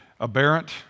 Aberrant